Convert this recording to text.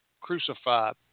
crucified